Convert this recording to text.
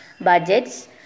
budgets